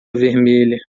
vermelha